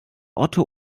otto